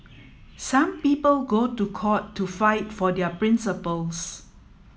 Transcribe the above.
some people go to court to fight for their principles